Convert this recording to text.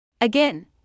Again